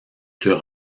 plus